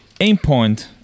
Aimpoint